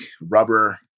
rubber